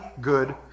good